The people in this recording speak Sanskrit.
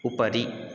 उपरि